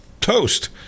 toast